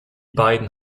beiden